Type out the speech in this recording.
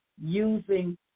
using